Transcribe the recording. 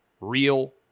real